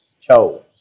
chose